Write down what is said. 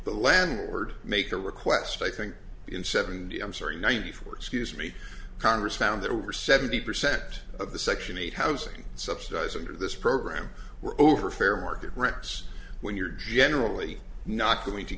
the landlord make a request i think in seven i'm sorry ninety four excuse me congress found that over seventy percent of the section eight housing subsidized under this program were over fair market rents when you're generally not going to